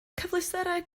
cyfleusterau